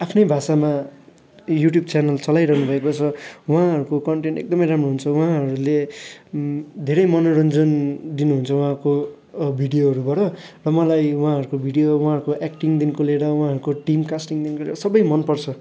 आफ्नै भाषामा YouTube channel चलाइरहनु भएको छ उहाँहरूको कन्टेन्ट एकदमै राम्रो हुन्छ उहाँहरूले धेरै मनोरञ्जन दिनुहुन्छ उहाँको भिडियोहरूबाट र मलाई उहाँहरको भिडियो उहाँहरूको एक्टिङ देखिको लिएर टिम कास्टिङ देखिको लिएर सबै मन पर्छ